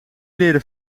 leren